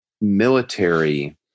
military